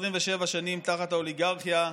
27 שנים תחת האוליגרכיה.